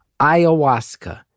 ayahuasca